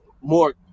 more